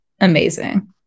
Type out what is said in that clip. amazing